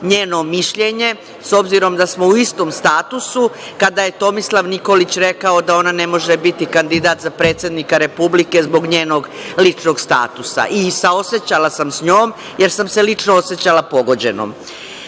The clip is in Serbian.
njeno mišljenje, s obzirom da smo u istom statusu, kada je Tomislav Nikolić rekao da ona ne može biti kandidat za predsednika Republike, zbog njenog ličnog statusa i saosećala sam sa njom, jer sam se lično osećala pogođenom. Što